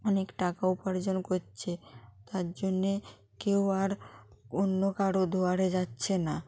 অনেক টাকা উপার্জন করছে তার জন্যে কেউ আর অন্য কারো দুয়ারে যাচ্ছে না